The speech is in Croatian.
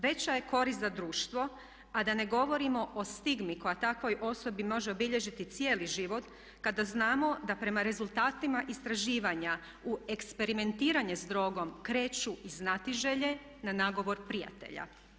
Veća je korist za društvo, a da ne govorimo o stigmi koja takvoj osobi može obilježiti cijeli život kada znamo da prema rezultatima istraživanja u eksperimentiranje s drogom kreću iz znatiželje na nagovor prijatelja.